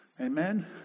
Amen